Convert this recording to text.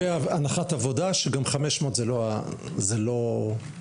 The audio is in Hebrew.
והנחת העבודה ש-500 זה לא המספר.